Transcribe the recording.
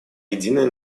единой